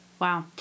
Wow